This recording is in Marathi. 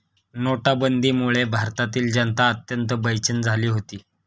नोटाबंदीमुळे भारतातील जनता अत्यंत बेचैन झाली होती